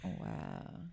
Wow